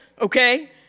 okay